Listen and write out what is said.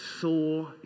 saw